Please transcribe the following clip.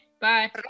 Bye